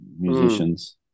musicians